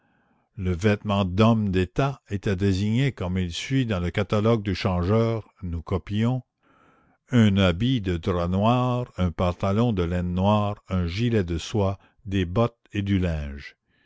le vêtement d'homme d'état était désigné comme il suit dans le catalogue du changeur nous copions un habit de drap noir un pantalon de laine noire un gilet de soie des bottes et du linge